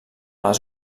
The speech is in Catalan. les